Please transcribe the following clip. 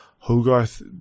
Hogarth